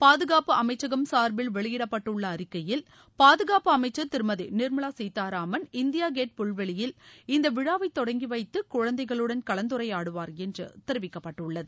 பாதுகாப்பு அமைச்சகம் சார்பில் வெளியிடப்பட்டுள்ள அறிக்கையில் பாதுகாப்பு அமைச்சர் திருமதி நிர்மளா சீத்தாராமன் இந்தியா கேட் புல்வெளியில் இந்த விழாவை தொடக்கி வைத்து குழந்தைகளுடன் கலந்துரையாடுவார் என்று தெரிவிக்கப்பட்டுள்ளது